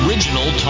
Original